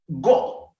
go